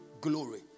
glory